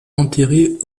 enterré